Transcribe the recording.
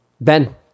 Ben